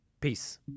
Peace